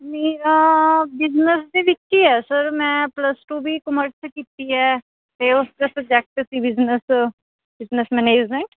ਮੇਰਾ ਬਿਜ਼ਨਸ ਦੇ ਵਿੱਚ ਹੀ ਹੈ ਸਰ ਮੈਂ ਪਲਸ ਟੂ ਵੀ ਕਮਰਸ 'ਚ ਕੀਤੀ ਹੈ ਅਤੇ ਉਸ ਦਾ ਸਬਜੈਕਟ ਸੀ ਬਿਜ਼ਨਸ ਬਿਜ਼ਨਸ ਮਨੇਜਮੈਂਟ